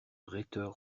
rhéteurs